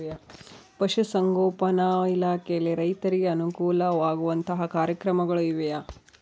ಪಶುಸಂಗೋಪನಾ ಇಲಾಖೆಯಲ್ಲಿ ರೈತರಿಗೆ ಅನುಕೂಲ ಆಗುವಂತಹ ಕಾರ್ಯಕ್ರಮಗಳು ಇವೆಯಾ?